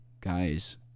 guys